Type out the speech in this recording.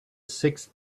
sixth